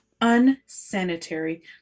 unsanitary